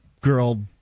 girl